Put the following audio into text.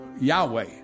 Yahweh